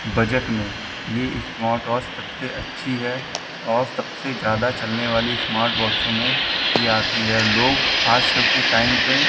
budget में यह smartwatch सबसे अच्छी है और सबसे ज़्यादा चलने वाली इस्मार्टवाचों में यह आती है लोग आज कल के टाइम पर